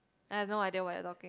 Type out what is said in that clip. I have no idea what you are talking